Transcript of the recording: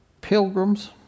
pilgrims